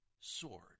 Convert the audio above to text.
sword